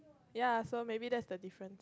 ya so maybe that's the difference